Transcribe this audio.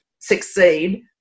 succeed